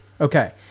Okay